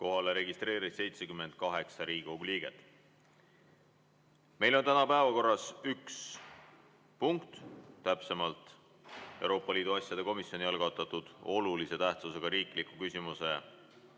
Kohale registreerus 78 Riigikogu liiget. Meil on täna päevakorras üks punkt, täpsemalt Euroopa Liidu asjade komisjoni algatatud olulise tähtsusega riikliku küsimuse